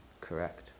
Correct